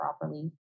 properly